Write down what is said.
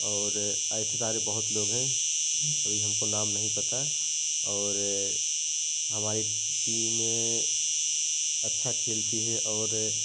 और ऐसे सारे बहुत लोग हैं अभी हमको नाम नहीं पता और हमारे टीमें अच्छा खेलती हैं और